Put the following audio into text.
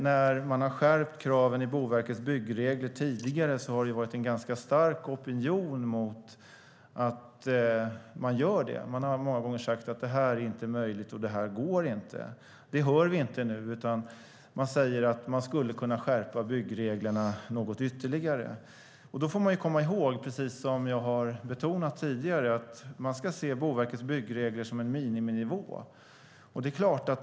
När man tidigare har skärpt kraven i Boverkets byggregler har det varit en ganska stark opinion mot att man gör det. Det har många gånger sagts: Detta är inte möjligt, och det går inte. Det hör vi inte nu. Man säger att man skulle kunna skärpa byggreglerna något ytterligare. Då ska man komma ihåg, precis som jag har betonat tidigare, att man ska se Boverkets byggregler som en miniminivå.